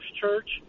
Church